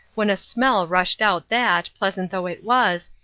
when a smell rushed out that, pleasant though it was,